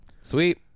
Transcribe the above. Sweet